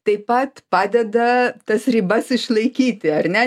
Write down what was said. taip pat padeda tas ribas išlaikyti ar ne